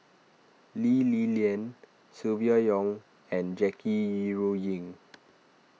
Lee Li Lian Silvia Yong and Jackie Yi Ru Ying